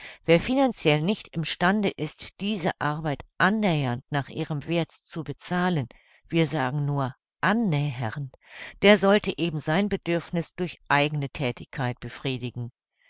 wer finanziell nicht im stande ist diese arbeit annähernd nach ihrem werth zu bezahlen wir sagen nur annähernd der sollte eben sein bedürfniß durch eigne thätigkeit befriedigen